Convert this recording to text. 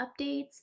updates